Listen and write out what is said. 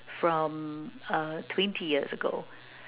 from uh twenty years ago